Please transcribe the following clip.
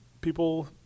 people